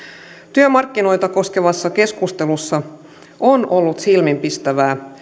työmarkkinoita koskevassa keskustelussa on ollut silmiinpistävää